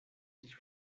sich